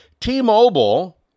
T-Mobile